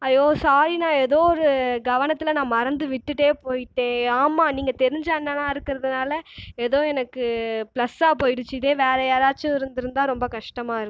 ஐயோ சாரிண்ணா ஏதோ ஒரு கவனத்தில் நான் மறந்து விட்டுட்டேன் போயிட்டேன் ஆமாம் நீங்கள் தெரிஞ்ச அண்ணனா இருக்கிறதுனால ஏதோ எனக்கு ப்ளஸ்சா போயிடுச்சு இதே வேற யாராச்சும் இருந்துருந்தால் ரொம்ப கஷ்டமா இருக்கும்